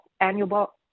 annual